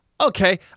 Okay